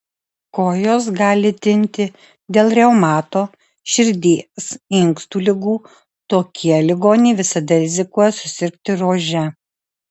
kojos gali tinti dėl reumato širdies inkstų ligų tokie ligoniai visada rizikuoja susirgti rože